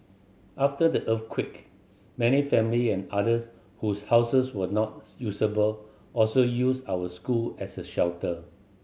after the earthquake many family and others whose houses were not usable also used our school as a shelter